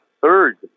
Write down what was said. third